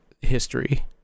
history